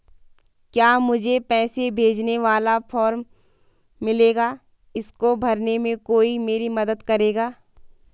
क्या मुझे पैसे भेजने वाला फॉर्म मिलेगा इसको भरने में कोई मेरी मदद करेगा?